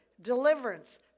deliverance